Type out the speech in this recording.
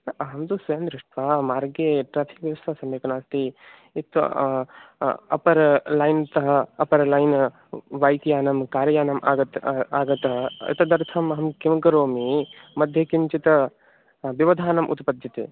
न अहं तु स्वयं दृष्टवा मार्गे ट्राफ़िक् व्यवस्था सम्यक् नास्ति इत् अपर लैन् तः अपर लैन् बैक् यानं कार्यानम् आगतम् आगतम् एतदर्थमहं किं करोमि मध्ये किञ्चित् व्यवधानम् उत्पद्यते